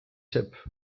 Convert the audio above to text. tip